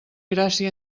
gràcia